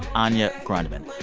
anya grundmann.